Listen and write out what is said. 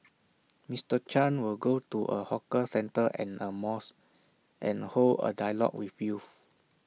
Mister chan will go to A hawker centre and A mosque and hold A dialogue with youth